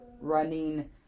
running